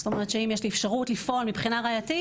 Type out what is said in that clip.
זאת אומרת שאם יש לי אפשרות לפעול מבחינה ראייתית,